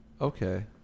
Okay